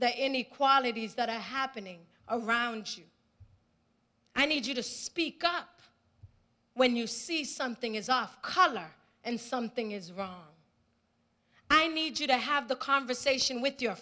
the inequalities that are happening around you i need you to speak up when you see something is off color and something is wrong i need you to have the conversation with your